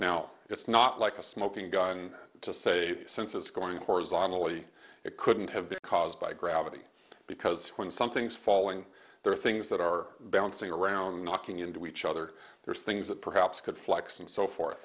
now it's not like a smoking gun to say since it's going horizontally it couldn't have been caused by gravity because when something's falling there are things that are bouncing around knocking into each other there's things that perhaps could flex and so forth